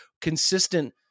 consistent